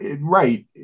Right